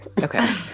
Okay